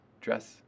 Dress